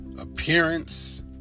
appearance